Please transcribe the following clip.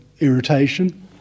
irritation